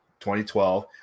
2012